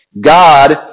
God